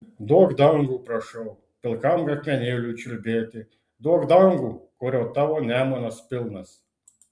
duok dangų prašau pilkam akmenėliui čiulbėti duok dangų kurio tavo nemunas pilnas